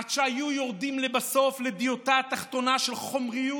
עד שהיו יורדים לבסוף לדיוטא האחרונה של 'חמריות'